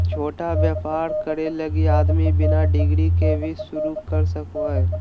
छोटा व्यापर करे लगी आदमी बिना डिग्री के भी शरू कर सको हइ